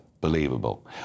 believable